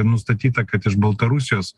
nustatyta kad iš baltarusijos